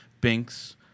Binks